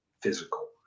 physical